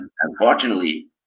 Unfortunately